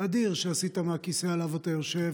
אדיר שעשית מהכיסא שעליו אתה יושב,